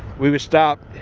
we would stop,